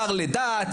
שר לדת,